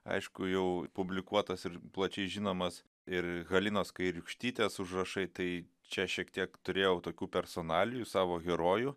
aišku jau publikuotas ir plačiai žinomas ir halinos kairiūkštytės užrašai tai čia šiek tiek turėjau tokių personalijų savo herojų